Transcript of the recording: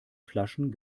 flaschen